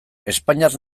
espainiar